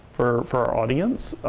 for for our audience.